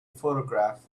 photograph